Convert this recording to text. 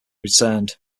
returned